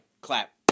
Clap